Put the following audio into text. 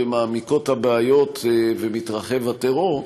מעמיקות הבעיות ומתרחב הטרור.